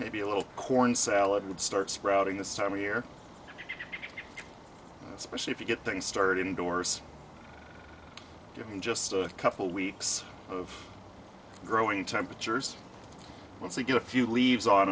maybe a little corn salad would start sprouting this time of year especially if you get things started indoors in just a couple weeks of growing temperatures once they get a few leaves